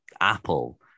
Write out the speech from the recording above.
apple